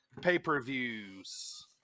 pay-per-views